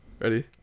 Ready